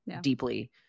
deeply